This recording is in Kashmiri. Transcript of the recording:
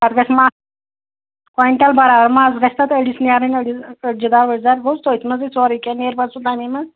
کویِنٛٹل برابر منٛزٕ گژھِ تَتھ أڑِس نیرٕنۍ أڑجہِ دار ؤڑجہِ دار گوٚژھ تٔتھۍ منٛزٕے سورُے کیٚنٛہہ نیرِ پَتہٕ سُہ تَمی منٛز